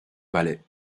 palais